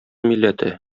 милләте